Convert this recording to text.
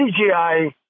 CGI